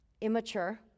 immature